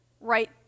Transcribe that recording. right